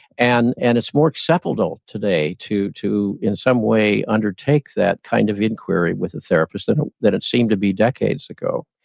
and and it's more acceptable today to to in some way undertake that kind of inquiry with a therapist than that it seemed to be decades ago.